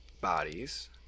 bodies